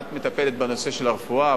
את מטפלת בנושא של הרפואה,